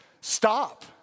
Stop